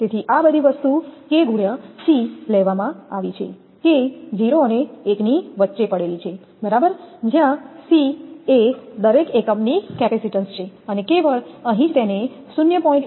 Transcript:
તેથી આ બધી વસ્તુ k × c લેવામાં આવી છે k 0 અને 1 ની વચ્ચે પડેલી છે બરાબર જ્યાં c એ દરેક એકમની કેપેસિટીન્સ છે અને કેવળ અહીં જ તેને 0